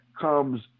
comes